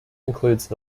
includes